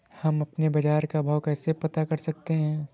हम अपने बाजार का भाव कैसे पता कर सकते है?